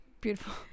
beautiful